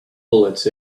bullets